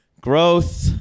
growth